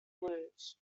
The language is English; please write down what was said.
blues